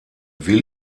will